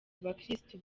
abakirisitu